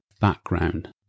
background